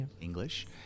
English